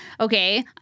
Okay